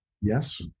Yes